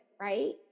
right